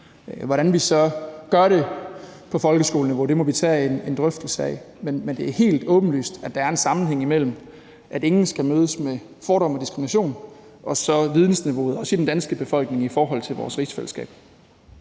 Hvordan vi så gør det på folkeskoleniveau, må vi tage en drøftelse af. Men det er helt åbenlyst, at der er en sammenhæng mellem, at ingen skal mødes med fordomme og diskrimination, og så vidensniveauet, også i den danske befolkning, i forhold til vores rigsfællesskab.